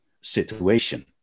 situation